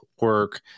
work